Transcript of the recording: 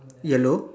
yellow